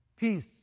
Peace